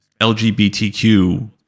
LGBTQ